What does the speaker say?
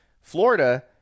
Florida